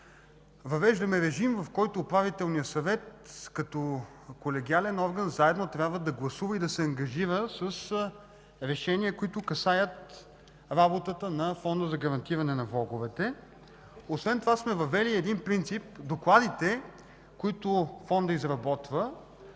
Въвеждаме режим, в който Управителният съвет като колегиален орган заедно трябва да гласува и да се ангажира с решения, които касаят работата на Фонда за гарантиране на влоговете. Освен това сме въвели и един принцип: докладите, които Фондът изработва,